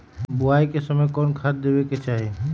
बोआई के समय कौन खाद देवे के चाही?